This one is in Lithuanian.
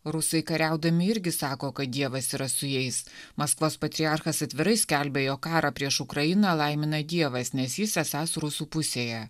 rusai kariaudami irgi sako kad dievas yra su jais maskvos patriarchas atvirai skelbia jog karą prieš ukrainą laimina dievas nes jis esąs rusų pusėje